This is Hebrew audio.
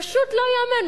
פשוט לא ייאמן.